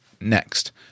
Next